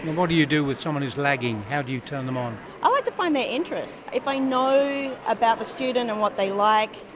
what do you do with someone who's lagging? how do you turn them on? i like to find their interests. if i know about the student and what they like,